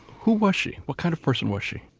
who was she? what kind of person was she?